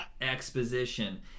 exposition